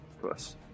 plus